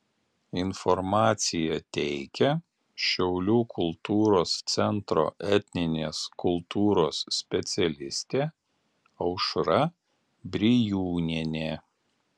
informaciją teikia šiaulių kultūros centro etninės kultūros specialistė aušra brijūnienė